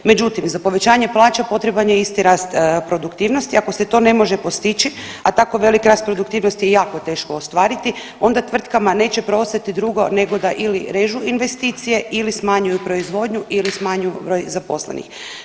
Međutim, za povećanje plaća potreban je isti rast produktivnosti, ako se to ne može postići, a tako velik rast produktivnosti je jako teško ostvariti onda tvrtkama neće preostati drugo nego da ili režu investicije ili smanjuju proizvodnju ili smanjuju broj zaposlenih.